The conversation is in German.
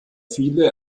viele